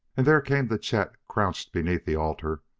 and there came to chet, crouched beneath the altar,